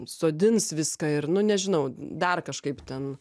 sodins viską ir nu nežinau dar kažkaip ten